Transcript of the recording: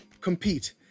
compete